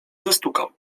zastukał